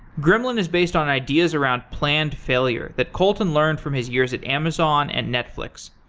gremlin is based on ideas around planned failure that kolton learned from his years at amazon and netflix.